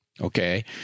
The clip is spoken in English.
okay